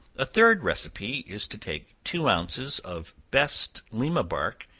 a third recipe is to take two ounces of best lima bark,